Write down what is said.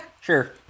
Sure